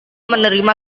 menerima